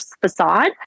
facade